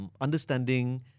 understanding